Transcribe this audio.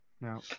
no